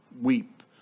weep